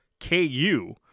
KU